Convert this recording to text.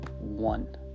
one